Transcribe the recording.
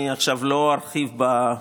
אני עכשיו לא ארחיב בה,